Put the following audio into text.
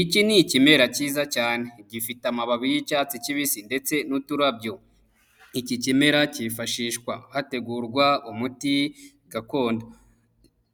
Iki ni ikimera cyiza cyane, gifite amababi y'icyatsi kibisi ndetse n'uturabyo, ni ikimera kifashishwa hategurwa umuti gakondo,